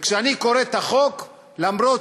וכשאני קורא את החוק, למרות